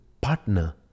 partner